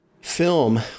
film